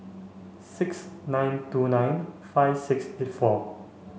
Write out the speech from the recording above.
six nine two nine five six eight four